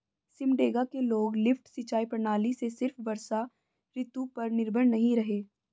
सिमडेगा के लोग लिफ्ट सिंचाई प्रणाली से सिर्फ वर्षा ऋतु पर निर्भर नहीं रहे